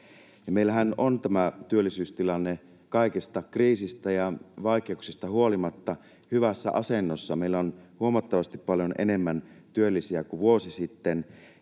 Meillähän on tämä työllisyystilanne kaikista kriiseistä ja vaikeuksista huolimatta hyvässä asennossa. Meillä on huomattavasti enemmän työllisiä kuin vuosi sitten.